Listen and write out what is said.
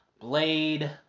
Blade